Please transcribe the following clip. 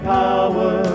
power